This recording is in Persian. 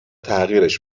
تغییرش